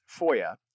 FOIA